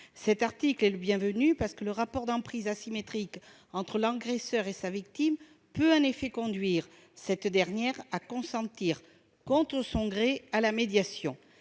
Cet article est bienvenu dans la mesure où le rapport d'emprise asymétrique entre l'agresseur et sa victime peut conduire cette dernière à consentir, contre son gré, à la médiation.